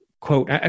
quote